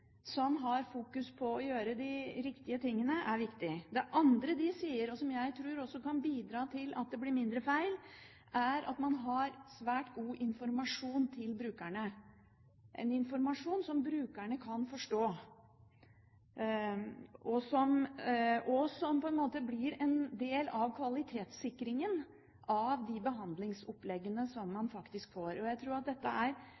som har fokus på å gjøre de riktige tingene, er viktig. Det andre de peker på, og som jeg tror også kan bidra til at det blir mindre feil, er det å ha svært god informasjon til brukerne – en informasjon som brukerne kan forstå, og som på en måte blir en del av kvalitetssikringen av de behandlingsoppleggene som